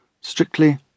strictly